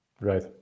Right